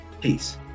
Peace